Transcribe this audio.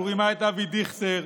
הוא רימה את אבי דיכטר,